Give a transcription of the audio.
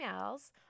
emails